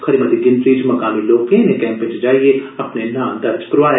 खरी मर्ती गिनतरी च मुकामी लोकें इने कैंपें च जाइयै अपने नांऽ दर्ज करोआए